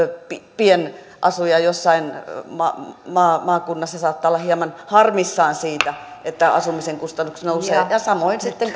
pienasuja jossain maakunnassa saattaa olla hieman harmissaan siitä että asumisen kustannukset nousevat ja samoin sitten